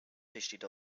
besteht